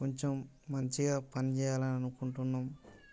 కొంచెం మంచిగా పని చేయాలని అనుకుంటున్నాం